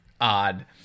odd